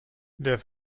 der